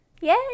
Yay